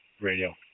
radio